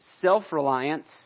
self-reliance